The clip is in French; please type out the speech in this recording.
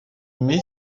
met